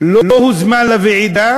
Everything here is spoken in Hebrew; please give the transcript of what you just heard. לא הוזמן לוועידה,